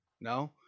No